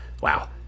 Wow